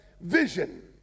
vision